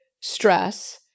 stress